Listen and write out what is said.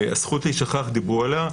הזכות להישכח דיברו עליה.